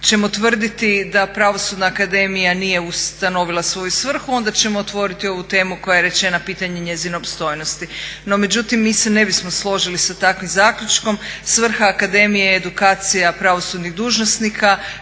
ćemo tvrditi da Pravosudna akademija nije ustanovila svoju svrhu onda ćemo otvoriti ovu temu koja je rečena pitanje njezine opstojnosti. No međutim, mi se ne bismo složili sa takvim zaključkom. Svrha akademije je edukacija pravosudnih dužnosnika